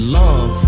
love